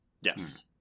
Yes